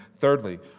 thirdly